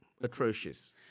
atrocious